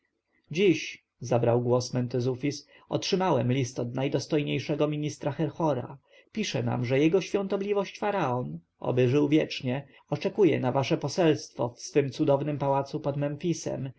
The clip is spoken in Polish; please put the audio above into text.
dziś zabrał głos mentezufis otrzymałem list od najdostojniejszego ministra herhora pisze nam że jego świątobliwość faraon oby żył wiecznie oczekuje na wasze poselstwo w swym cudownym pałacu pod memfisem